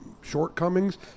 shortcomings